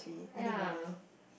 ya